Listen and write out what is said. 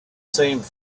seemed